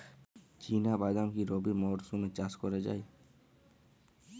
চিনা বাদাম কি রবি মরশুমে চাষ করা যায়?